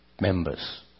members